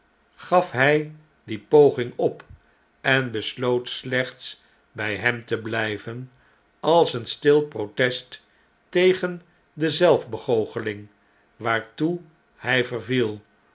gaf hy die poging op en besloot slechts by hem te blijven als een stil protest tegen de zelf begoocheling waartoe hij verviel